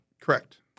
Correct